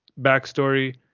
backstory